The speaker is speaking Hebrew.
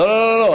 לא, לא, לא, לא.